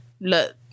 look